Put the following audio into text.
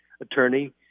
attorney